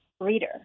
reader